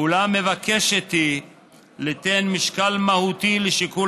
אולם מבקשת היא ליתן משקל מהותי לשיקול